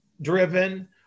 driven